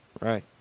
Right